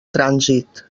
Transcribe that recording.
trànsit